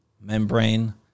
membrane